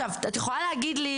את יכולה להגיד לי,